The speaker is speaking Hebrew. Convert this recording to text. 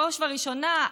בראש וראשונה,